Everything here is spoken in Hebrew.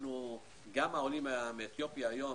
נושא של מרכזי קליטה גם העולים מאתיופיה היום